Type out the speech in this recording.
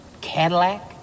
Cadillac